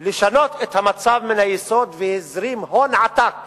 לשינוי המצב מן היסוד, והזרים הון עתק